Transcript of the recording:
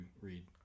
read